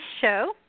show